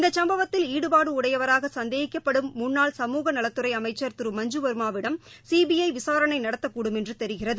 இந்த சும்பவத்தில் ஈடுபாடு உடையவராக சந்தேகிக்கப்படும் முன்னாள் சமூக நலத்துறை அமைச்சர் திரு மஞ்சுவர்மாவிடமும் சிபிஐ விசாரணை நடத்தக்கூடும் என்று தெரிகிறது